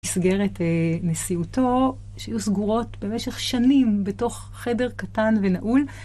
מסגרת נשיאותו, שהיו סגורות במשך שנים בתוך חדר קטן ונעול.